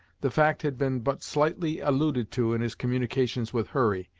the fact had been but slightly alluded to in his communications with hurry,